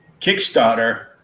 Kickstarter